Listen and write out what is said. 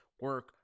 Work